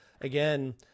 again